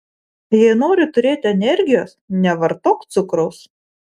jei nori turėti energijos nevartok cukraus